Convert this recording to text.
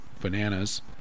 bananas